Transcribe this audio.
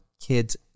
kids